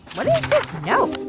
what is this note?